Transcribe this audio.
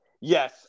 Yes